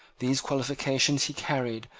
these qualifications he carried,